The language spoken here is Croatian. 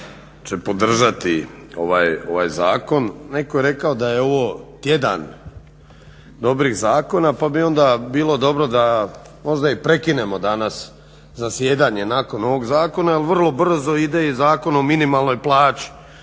će podržati ovaj zakon. Netko je rekao da je ovo tjedan dobrih zakona pa bi onda bilo dobro da možda i prekinemo danas zasjedanje nakon ovog zakona jer vrlo brzo i ide Zakon o minimalnoj plaći,